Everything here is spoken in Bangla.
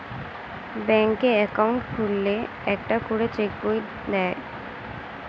ব্যাঙ্কে অ্যাকাউন্ট খুললে একটা করে চেক বই দেয়